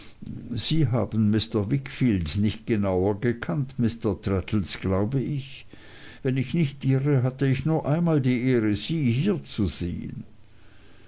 sie haben mr wickfield nicht genauer gekannt mr traddles glaube ich wenn ich nicht irre hatte ich nur einmal die ehre sie hier zu sehen